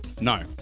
No